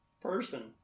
person